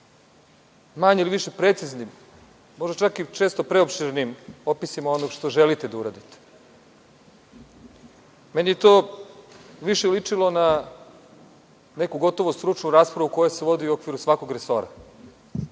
manje ili više precizni, možda čak često i previše preopširni opisima onog što želite da uradite. Meni je to više ličilo na neku gotovo stručnu raspravu koja se vodi u okviru svakog resora.